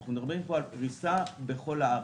אנחנו מדברים פה על פריסה בכל הארץ.